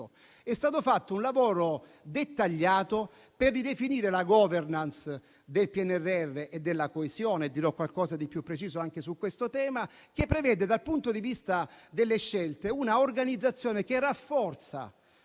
è stato fatto un lavoro dettagliato per ridefinire la *governance* del PNRR e della coesione. Dirò qualcosa di più preciso anche su questo tema, che prevede, dal punto di vista delle scelte, una organizzazione che rafforza,